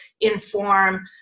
inform